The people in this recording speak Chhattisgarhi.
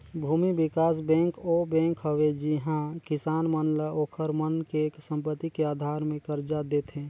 भूमि बिकास बेंक ओ बेंक हवे जिहां किसान मन ल ओखर मन के संपति के आधार मे करजा देथे